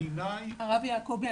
הרב יעקבי,